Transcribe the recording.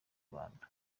rwanda